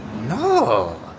No